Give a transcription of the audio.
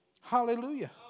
Hallelujah